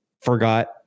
forgot